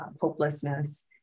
hopelessness